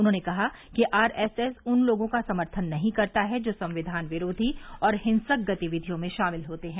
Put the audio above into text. उन्होंने कहा कि आरएसएस उन लोगों का समर्थन नहीं करता है जो संविधान विरोधी और हिंसक गतिविधियों में शामिल होते हैं